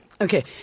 Okay